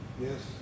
Yes